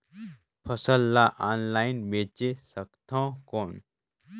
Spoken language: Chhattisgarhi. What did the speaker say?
फसल ला ऑनलाइन बेचे सकथव कौन?